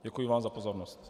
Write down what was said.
Děkuji vám za pozornost.